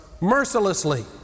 mercilessly